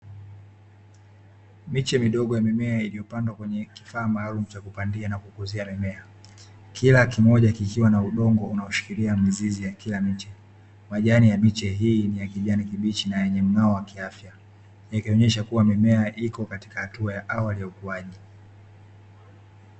Miche midogo ya mimea iliyopandwa kwenye kifaa maalumu cha kupandia na kukuzia mimea, kila kimoja kikiwa na udongo unaoshikilia mizizi ya kila mche, majani ya miche hii ni ya kijani kibichi na yenye mng'ao wa kiafiya yakionyesha kuwa mimea iko katika hatua ya awali ya ukuaji.